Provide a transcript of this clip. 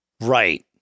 right